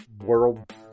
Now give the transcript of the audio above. world